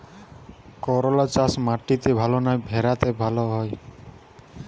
করলা চাষ মাটিতে ভালো না ভেরাতে ভালো ফলন হয়?